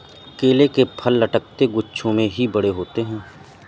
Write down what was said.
केले के फल लटकते गुच्छों में ही बड़े होते है